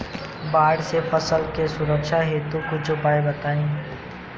बाढ़ से फसल के सुरक्षा हेतु कुछ उपाय बताई?